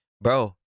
Bro